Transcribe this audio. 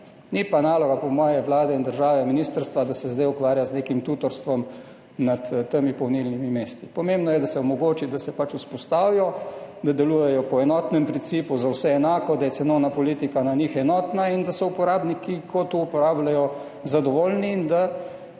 moje naloga države, Vlade in ministrstva, da se zdaj ukvarja z nekim tutorstvom nad temi polnilnimi mesti. Pomembno je, da se omogoči, da se pač vzpostavijo, da delujejo po enotnem principu za vse enako, da je cenovna politika glede njih enotna in da so uporabniki, ko to uporabljajo, zadovoljni in da